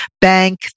bank